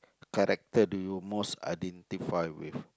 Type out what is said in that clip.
character do you most identify with